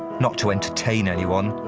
not to entertain anyone,